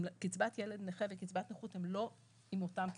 שקצבת ילד נכה וקצבת נכות הם לא עם אותם קריטריונים.